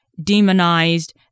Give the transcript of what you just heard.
demonized